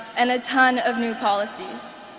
and a ton of new policies.